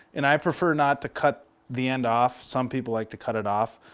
and i prefer not to cut the end off. some people like to cut it off.